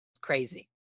crazy